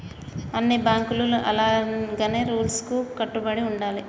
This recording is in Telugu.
అన్ని బాంకుల లాగానే రూల్స్ కు కట్టుబడి ఉండాలి